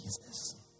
Jesus